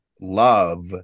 love